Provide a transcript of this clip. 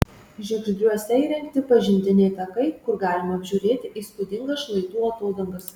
žiegždriuose įrengti pažintiniai takai kur galima apžiūrėti įspūdingas šlaitų atodangas